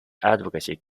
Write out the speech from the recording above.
advocacy